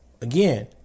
Again